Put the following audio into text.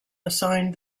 assigned